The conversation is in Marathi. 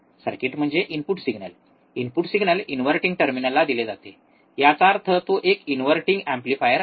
सर्किट म्हणजे input signal input signal inverting टर्मिनलला दिले जाते याचा अर्थ तो एक इनव्हर्टिंग एम्प्लीफायर आहे